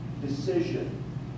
decision